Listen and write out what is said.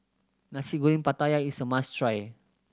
Nasi Goreng Pattaya is a must try